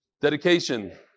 Dedication